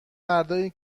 مردایی